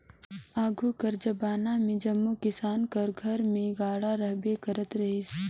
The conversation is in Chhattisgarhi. आघु कर जबाना मे जम्मो किसान कर घर मन मे गाड़ा रहबे करत रहिस